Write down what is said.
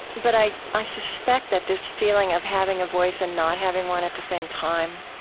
but i i suspect that this feeling of having a voice and not having one at the same time